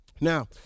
Now